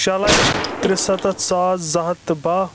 شےٚ لچھ ترٛےٚ ستتھ ساس زٕ ہَتھ تہٕ باہ